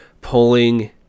pulling